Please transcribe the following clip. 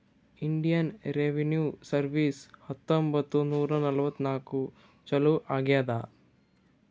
Indian revenue service ಹತ್ತೊಂಬತ್ತ್ ನೂರಾ ನಲ್ವತ್ನಾಕನಾಗ್ ಚಾಲೂ ಆಗ್ಯಾದ್